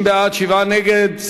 30 בעד, שבעה נגד.